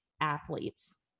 athletes